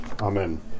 Amen